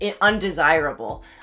undesirable